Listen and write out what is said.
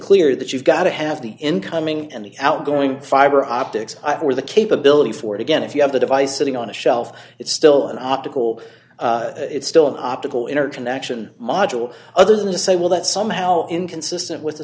clear that you've got to have the incoming and outgoing fiber optics or the capability for again if you have the device sitting on a shelf it's still an optical it's still an optical interconnection module other than to say well that somehow inconsistent with